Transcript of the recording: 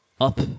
up